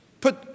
put